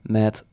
met